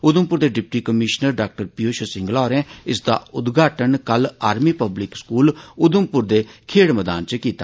उघमपुर दे deputy commissioner डा पियूष सिसंगला होरें इसदा उद्घाटन कल आर्मी पब्लिक स्कूल उघमपुर दे खेड्ड मैदान इच कीता